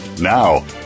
now